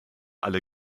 alle